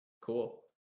Cool